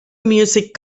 music